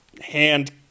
hand